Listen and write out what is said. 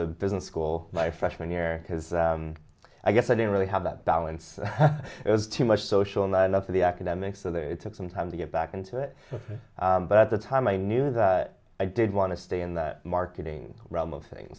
the business school my freshman year because i guess i didn't really have that balance it was too much social not enough for the academics so the some time to get back into it but at the time i knew that i did want to stay in the marketing realm of things